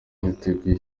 yateguwe